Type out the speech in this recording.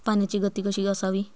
पाण्याची गती कशी असावी?